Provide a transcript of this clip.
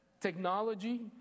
technology